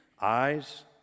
Eyes